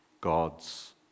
God's